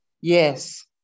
Yes